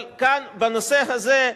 אבל כאן, בנושא הזה,